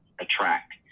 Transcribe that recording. attract